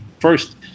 first